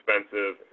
expensive